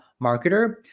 Marketer